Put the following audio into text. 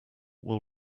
will